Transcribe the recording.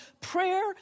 prayer